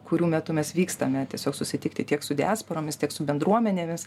kurių metu mes vykstame tiesiog susitikti tiek su diasporomis tiek su bendruomenėmis